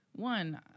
One